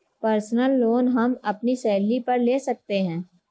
personal loan हम अपनी salary पर ले सकते है